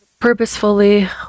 Purposefully